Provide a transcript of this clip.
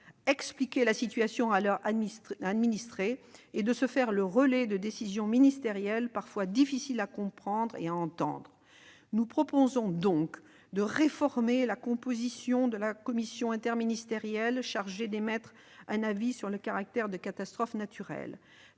d'expliquer la situation à leurs administrés et de se faire le relais de décisions ministérielles parfois difficiles à comprendre et à entendre. Nous proposons donc de réformer la composition de la commission interministérielle chargée d'émettre un avis sur la reconnaissance de l'état de catastrophe naturelle